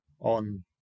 on